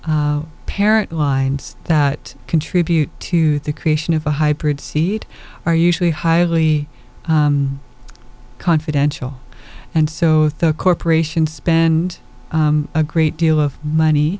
parent lines that contribute to the creation of a hybrid seed are usually highly confidential and so the corporations spend a great deal of money